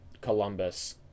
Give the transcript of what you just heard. Columbus